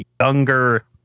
younger